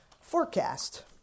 forecast